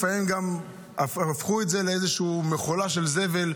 לפעמים גם הפכו את זה לאיזו מכולה של זבל.